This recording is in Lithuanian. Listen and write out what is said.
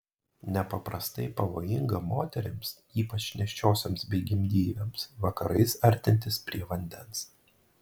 nepaprastai pavojinga moterims ypač nėščiosioms bei gimdyvėms vakarais artintis prie vandens